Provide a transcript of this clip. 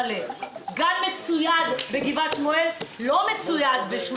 גן מצויד בגבעת שמואל לעומת גן שמעיה שלא מצויד.